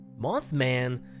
Mothman